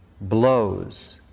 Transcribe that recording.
blows